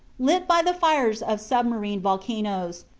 lit by the fires of submarine volcanoes,